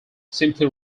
simply